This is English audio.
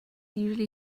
usually